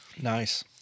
Nice